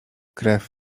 krew